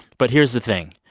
but here's the thing.